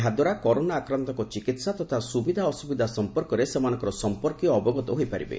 ଏହାଦ୍ୱାରା କରୋନା ଆକ୍ରାନ୍ତଙ୍ଙ ଚିକିହା ତଥା ସୁବିଧା ଅସୁବିଧା ସମ୍ମର୍କରେ ସମାନଙ୍କର ସମ୍ମର୍କୀୟ ଅବଗତ ହୋଇପାରିବେ